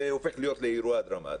זה הופך להיות לאירוע דרמטי.